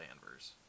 Danvers